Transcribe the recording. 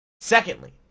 Secondly